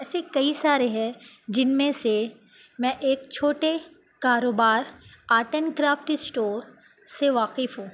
ایسے کئی سارے ہیں جن میں سے میں ایک چھوٹے کاروبار آرٹ اینڈ کرافٹ اسٹور سے واقف ہوں